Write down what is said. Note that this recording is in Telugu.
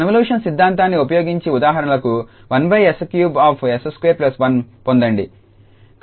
కన్వల్యూషన్ సిద్ధాంతాన్ని ఉపయోగించి ఉదాహరణకు 1𝑠3𝑠21 పొందండి